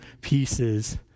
pieces